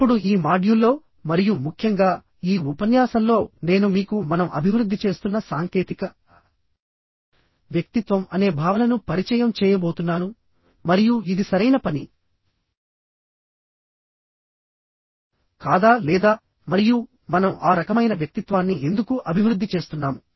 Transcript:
ఇప్పుడు ఈ మాడ్యూల్లో మరియు ముఖ్యంగా ఈ ఉపన్యాసంలో నేను మీకు మనం అభివృద్ధి చేస్తున్న సాంకేతిక వ్యక్తిత్వం అనే భావనను పరిచయం చేయబోతున్నాను మరియు ఇది సరైన పని కాదా లేదా మరియు మనం ఆ రకమైన వ్యక్తిత్వాన్ని ఎందుకు అభివృద్ధి చేస్తున్నాము